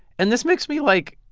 and this makes me, like,